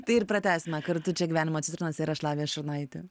tai ir pratęsime kartu čia gyvenimo citrinas ir aš lavija šurnaitė